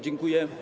Dziękuję.